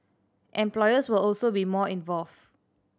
employers will also be more involved